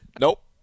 nope